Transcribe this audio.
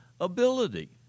ability